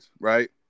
Right